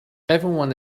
everyone